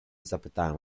zapytałem